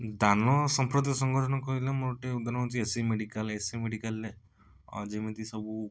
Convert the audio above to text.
ଦାନ ସମ୍ପ୍ରଦାୟ ସଂଗଠନ କହିଲେ ମୋର ଟିକିଏ ଉଦାହରଣ ହେଉଛି A C B medical A C B ମେଡ଼ିକାଲରେ ଯେମିତି ସବୁ